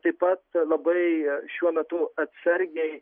taip pat labai šiuo metu atsargiai